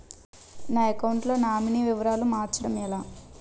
నా అకౌంట్ లో నామినీ వివరాలు మార్చటం ఎలా?